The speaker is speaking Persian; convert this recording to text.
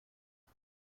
زدیم